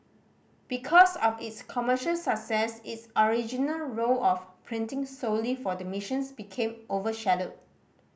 because of its commercial success its original role of printing solely for the missions became overshadowed